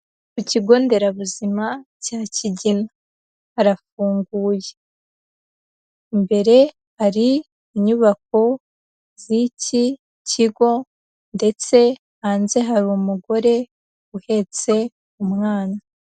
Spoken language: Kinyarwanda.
Ku kigo nderabuzima cya Kigina, harafunguye, mbere hari inyubako z'iki kigo, ndetse hanze hari umugore uhetse umwana.